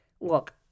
Look